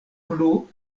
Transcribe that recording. plu